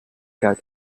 cat